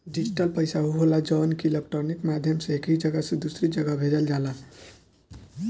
digital पईसा उ होला जवन की इलेक्ट्रोनिक माध्यम से एक जगही से दूसरा जगही भेजल जाला